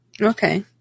Okay